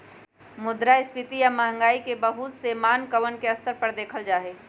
मुद्रास्फीती या महंगाई के बहुत से मानकवन के स्तर पर देखल जाहई